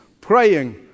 praying